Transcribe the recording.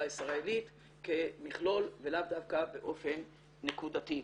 הישראלית כמכלול ולאו דווקא באופן נקודתי.